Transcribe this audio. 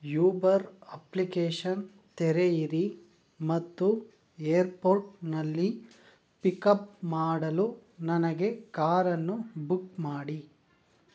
Uber application ತೆರೆಯಿರಿ ಮತ್ತು ಏರ್ಪೋರ್ಟ್ನಲ್ಲಿ ಪಿಕಪ್ ಮಾಡಲು ನನಗೆ ಕಾರನ್ನು ಬುಕ್ ಮಾಡಿ